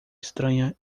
estranha